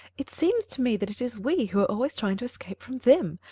it seems to me that it is we who are always trying to escape from them.